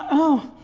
oh,